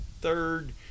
third